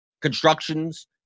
Constructions